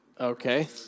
Okay